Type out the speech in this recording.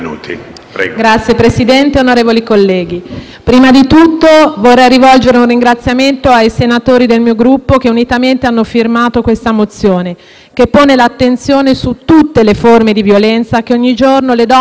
prima di tutto vorrei rivolgere un ringraziamento ai senatori del mio Gruppo che unitamente hanno firmato questa mozione che pone l'attenzione su tutte le forme di violenza che ogni giorno le donne subiscono in Italia e nel mondo.